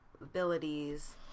abilities